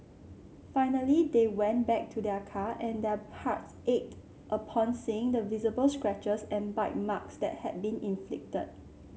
finally they went back to their car and their hearts ached upon seeing the visible scratches and bite marks that had been inflicted